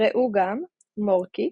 ראו גם מורקי